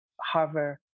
Harvard